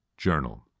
Journal